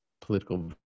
political